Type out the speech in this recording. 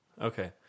Okay